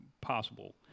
possible